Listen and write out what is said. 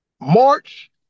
March